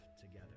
together